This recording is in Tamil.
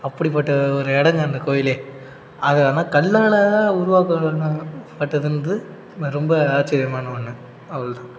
அப்படிப்பட்ட ஒரு இடங்க அந்த கோயில் அது ஆனால் கல்லால் தான் உருவாக்க பட்டதுன்றது ரொம்ப ஆச்சரியமான ஒன்று அவ்வளோ தான்